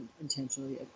intentionally